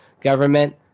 government